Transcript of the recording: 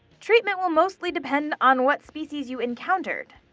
treatment will mostly depend on what species you encountered.